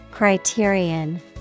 Criterion